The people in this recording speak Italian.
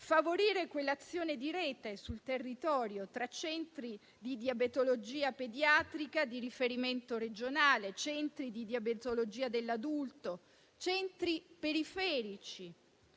favorire un'azione di rete sul territorio tra centri di diabetologia pediatrica di riferimento regionale, centri di diabetologia dell'adulto, centri periferici,